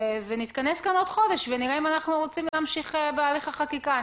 ונתכנס כאן עוד חודש ונראה אם אנחנו רוצים להמשיך בהליך החקיקה.